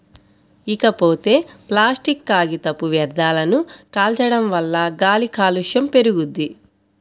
ఇకపోతే ప్లాసిట్ కాగితపు వ్యర్థాలను కాల్చడం వల్ల గాలి కాలుష్యం పెరుగుద్ది